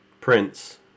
Prince